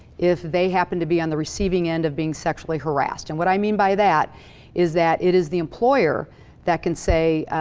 if they happen to be on the receiving end of being sexually harassed. and what i mean by that is that it is the employer that can say,